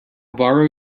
borrow